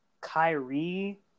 Kyrie